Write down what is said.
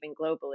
globally